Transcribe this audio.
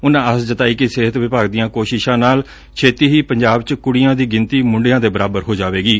ਉਨਾਂ ਆਸ ਜਤਾਈ ਕਿ ਸਿਹਤ ਵਿਭਾਗ ਦੀਆਂ ਕੋਸ਼ਿਸ਼ਾਂ ਨਾਲ ਛੇਤੀ ਹੀ ਪੰਜਾਬ ਚ ਕੁੜੀਆਂ ਦੀ ਗਿਣਤੀ ਮੁੰਡਿਆਂ ਦੇ ਬਰਾਬਰ ਹੋ ਜਾਵੇਗੀ